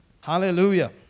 Hallelujah